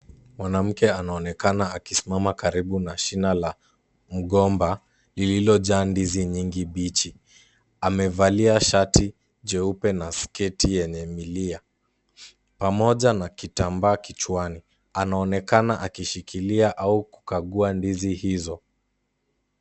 Mwanamke anaonekana akisimama karibu na shina la mgomba, lililojaa ndizi nyingi mbichi. Amevalia shati jeupe na sketi yenye milia. Pamoja na kitambaa kichwani, anaonekana akishikilia au kukagua ndizi hizo.